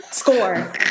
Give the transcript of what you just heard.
Score